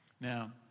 Now